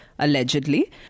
allegedly